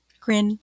Grin